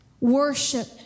worship